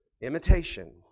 Imitation